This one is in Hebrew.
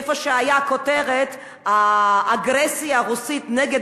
איפה שהיתה כותרת "האגרסיה הרוסית נגד